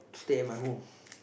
stay at my home